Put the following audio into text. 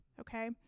okay